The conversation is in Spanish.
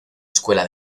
escuela